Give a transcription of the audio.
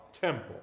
temple